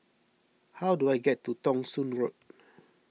how do I get to Thong Soon Road